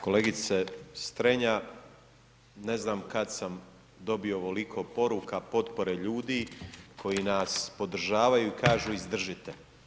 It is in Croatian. Kolegice Strenja, ne znam kad sam dobio ovoliko poruka, potpore ljudi koji nas podržavaju i kažu izdržite.